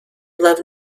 love